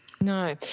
No